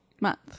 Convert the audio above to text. month